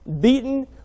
beaten